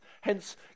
Hence